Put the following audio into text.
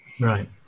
right